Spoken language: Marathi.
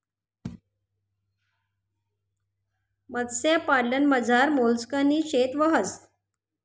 मत्स्यपालनमझार मोलस्कनी शेती व्हस